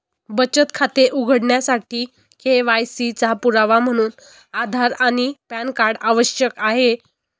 बचत खाते उघडण्यासाठी के.वाय.सी चा पुरावा म्हणून आधार आणि पॅन कार्ड आवश्यक आहे